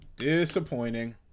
Disappointing